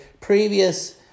previous